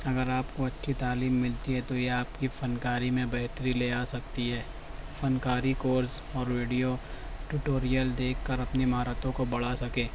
اگر آپ کو اچھی تعلیم ملتی ہے تو یہ آپ کی فنکاری میں بہتری لے آ سکتی ہے فنکاری کورس اور ویڈیو ٹوٹوریل دیکھ کر اپنی مہارتوں کو بڑھا سکیں